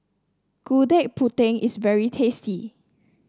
Gudeg Putih is very tasty